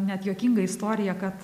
net juokinga istorija kad